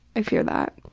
i fear that.